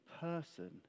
person